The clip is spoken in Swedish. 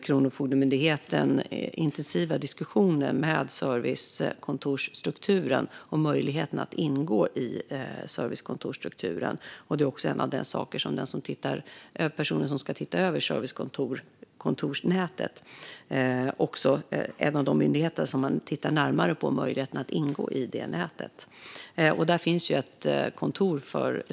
Kronofogdemyndigheten för nu intensiva diskussioner med servicekontorsstrukturen om möjligheterna att ingå där. Det är också en av de saker som personen som ska se över servicekontorsnätet arbetar med. Det här är en av de myndigheter som man tittar närmare på när det gäller möjligheten att ingå i servicekontorsnätet.